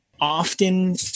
Often